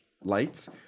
lights